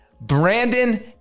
Brandon